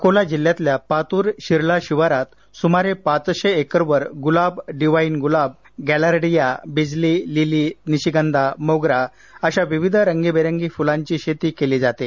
अकोला जिल्ह्यातल्या पात्र शिरला शिवारात सुमारे पाचशे एकरवर गुलाब डिवाइन गुलाब गॅलार्डिया बिजली लिली निशिगंधा मोगरा अशा विविध रंगीबेरंगी फुलांची शेती केली जाते